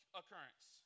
occurrence